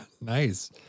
nice